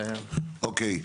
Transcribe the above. אוקיי.